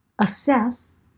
assess